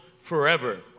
forever